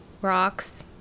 Rocks